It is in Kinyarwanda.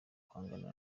guhangana